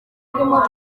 ibirimo